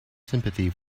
sympathy